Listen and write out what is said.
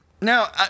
Now